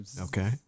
okay